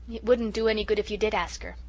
it wouldn't do any good if you did ask her,